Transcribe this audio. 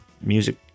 music